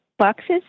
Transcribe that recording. boxes